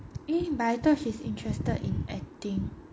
eh but I thought she's interested in acting